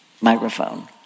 microphone